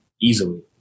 easily